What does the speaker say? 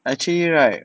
actually right